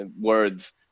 words